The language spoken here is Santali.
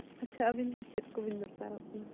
ᱟᱪᱪᱷᱟ ᱟᱵᱤᱱ ᱫᱚ ᱪᱮᱫ ᱠᱚᱵᱮᱱ ᱫᱚᱨᱠᱟᱨᱚᱜ ᱠᱟᱱᱟ